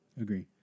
Agree